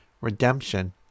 redemption